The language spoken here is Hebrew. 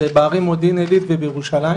זה בערים מודיעין עילית ובירושלים